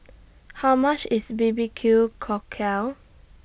How much IS B B Q Cockle